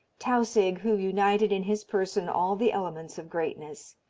tausig who united in his person all the elements of greatness,